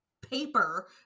paper